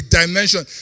dimension